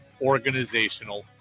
organizational